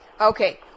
Okay